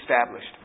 established